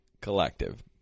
Collective